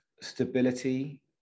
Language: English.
stability